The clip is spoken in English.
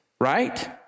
right